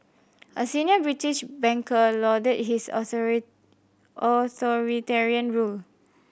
a senior British banker lauded his authoritarian rule